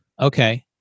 Okay